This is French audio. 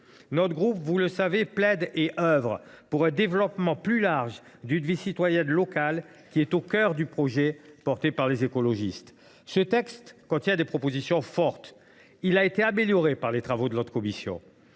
le groupe GEST plaide et œuvre pour un développement plus large d’une vie citoyenne locale, qui est au cœur du projet des écologistes. Ce texte formule des propositions fortes et il a été amélioré par les travaux de la commission